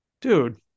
dude